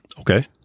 Okay